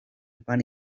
pan